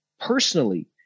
Personally